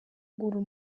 maguru